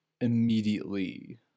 immediately